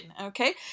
okay